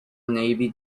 navy